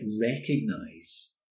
recognize